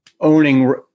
owning